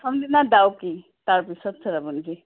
প্ৰথম দিনা ডাউকি তাৰপিছত চেৰাপুঞ্জী